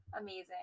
Amazing